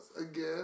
Again